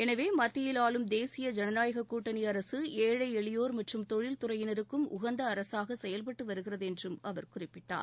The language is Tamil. எனவே மத்தியில் ஆளும் தேசிய ஜனநாயக கூட்டணி அரசு ஏழை எளியோர் மற்றும் தொழில்துறையினருக்கும் உகந்த அரசாக செயல்பட்டு வருகிறது என்றும் அவர் குறிப்பிட்டார்